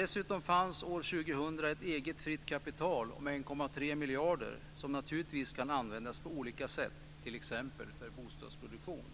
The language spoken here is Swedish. Dessutom fanns år 2000 ett eget fritt kapital på 1,3 miljarder som naturligtvis kan användas på olika sätt, t.ex. för bostadsproduktion.